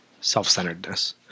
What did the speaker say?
self-centeredness